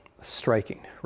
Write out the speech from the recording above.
striking